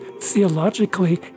theologically